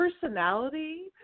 personality